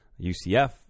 UCF